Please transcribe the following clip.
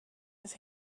his